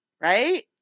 right